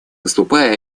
выступаю